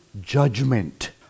judgment